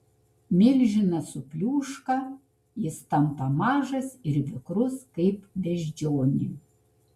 milžinas supliūška jis tampa mažas ir vikrus kaip beždžionė